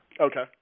Okay